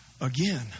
again